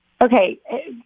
Okay